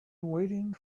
waiting